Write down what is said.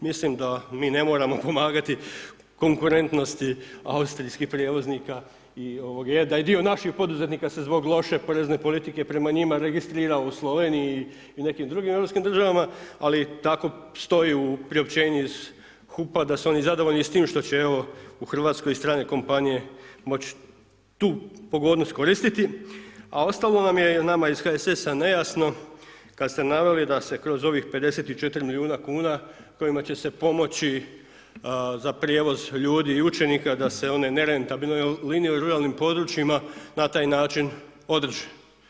Mislim da mi ne moramo pomagati konkurentnosti austrijskih prijevoznika i ovoga, je da je dio naših poduzetnika se zbog loše porezne politike prema njima registrirao u Sloveniji i nekim drugim europskim državama, ali tako stoji u priopćenju iz HUP-a da su oni zadovoljni s tim što će evo u Hrvatskoj i strane kompanije moć tu pogodnost koristiti, a ostalo nam je nama iz HSS-a nejasno kad ste naveli da se kroz ovih 54 milijuna kuna kojima će se pomoći za prijevoz ljudi i učenika, da se one nerentabilno, jer linije u ruralnim područjima na taj način održi.